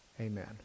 Amen